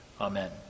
Amen